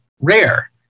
rare